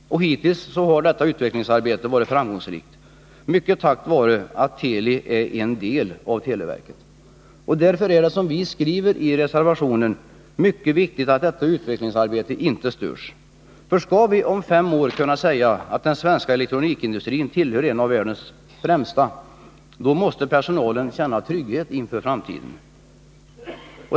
Hittills har detta utvecklingsarbete varit framgångsrikt, mycket tack vare att Teli är en del av televerket. Det är därför vi i reservationen skriver att det är mycket viktigt att detta utvecklingsarbete inte störs. Skall vi om fem år kunna säga att den svenska elektronikindustrin tillhör de främsta i världen, måste personalen känna trygghet inför framtiden.